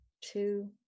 two